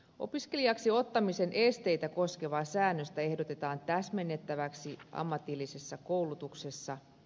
opiskelijaksi ottamisen esteitä koskevaa säännöstä ehdotetaan täsmennettäväksi ammatillisessa koulutuksessa